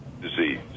disease